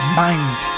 mind